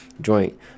Joint